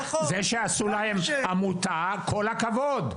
זה שעשו להם עמותה, כל הכבוד.